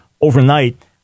overnight